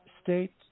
State